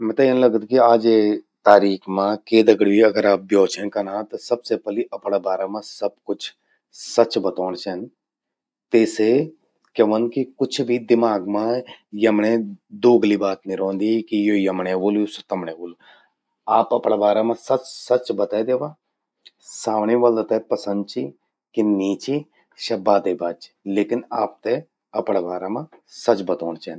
मेते लगद कि आजे तारीख मां आप के दगड़ि भि ब्यो छिन कना, त सबसे पलि अपणा बारा मां सब कुछ सच बतौंण चेंद। ते से क्या व्हंद कि कुछ भी दिमाग मां यमण्यें दोगलि बात नि रौंदि कि यो यमण्यें व्हलु, स्वो तमण्यें व्हलु। आप अपणा बारा मां सच सच बतै द्यवा, सामणि वला ते पसंद चि कि नी चि, स्या बादे बात चि लेकिन, आपते अपणा बारा मां सच बतौण चेंद।